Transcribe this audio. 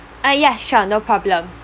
ah ya sure no problem